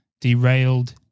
Derailed